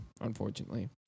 unfortunately